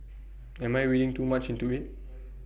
am I reading too much into IT